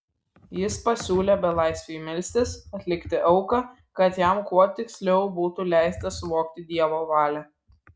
jis pasiūlė belaisviui melstis atlikti auką kad jam kuo tiksliau būtų leista suvokti dievo valią